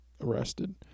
arrested